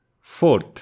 Fourth